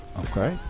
Okay